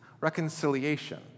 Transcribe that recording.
reconciliation